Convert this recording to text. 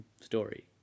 story